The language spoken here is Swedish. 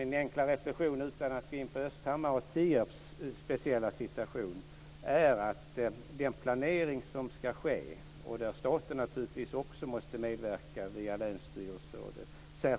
Min enkla reflexion - utan att jag går in på Östhammars och Tierps speciella situation - är att man när det gäller den planering som ska ske måste ta sikte på att se bostadsfrågan i ett större regionalt perspektiv.